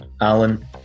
Alan